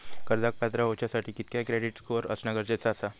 कर्जाक पात्र होवच्यासाठी कितक्या क्रेडिट स्कोअर असणा गरजेचा आसा?